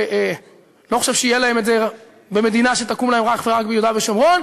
ואני לא חושב שיהיה להם את זה במדינה שתקום להם אך ורק ביהודה ושומרון.